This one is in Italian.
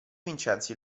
vincenzi